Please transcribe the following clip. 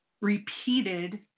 repeated